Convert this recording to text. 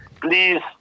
please